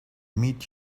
meet